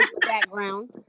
background